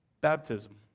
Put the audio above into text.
baptism